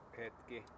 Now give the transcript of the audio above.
hetki